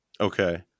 Okay